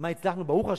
מה הצלחנו, ברוך השם,